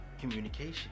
communication